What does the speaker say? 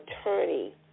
attorney